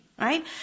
right